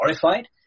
horrified